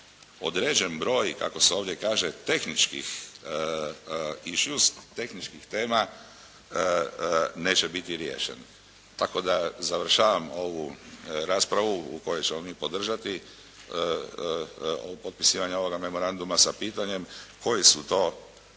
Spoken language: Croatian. određen broj kako se ovdje kaže tehničkih tema neće biti riješen. Tako da završavam ovu raspravu u kojoj ćemo mi podržati potpisivanje ovog memoranduma sa pitanjem koja su to tehnička